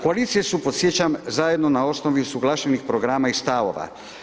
Koalicije su, podsjećam, zajedno na osnovi usuglašenih programa i stavova.